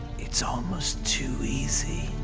it's almost too easy.